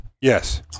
yes